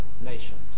nations